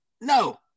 No